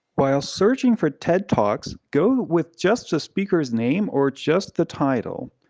while searching for tedtalks, go with just the speaker's name or just the title,